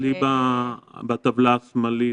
תסתכלי בטבלה השמאלית